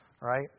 Right